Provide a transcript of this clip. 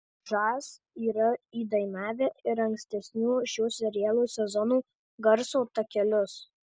žas yra įdainavę ir ankstesnių šio serialo sezonų garso takelius